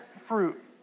fruit